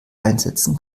einsetzen